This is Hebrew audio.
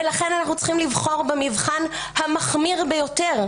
ולכן אנחנו צריכים לבחור במבחן המחמיר ביותר.